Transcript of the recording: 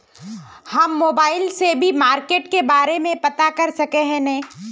हम मोबाईल से भी मार्केट के बारे में पता कर सके है नय?